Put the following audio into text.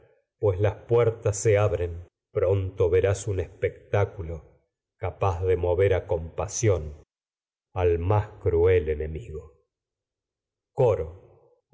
capaz las puertas se abren pronto mover de a compasión al más cruel enemigo coro